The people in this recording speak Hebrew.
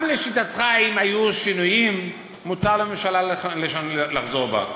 גם לשיטתך, אם היו שינויים, מותר לממשלה לחזור בה.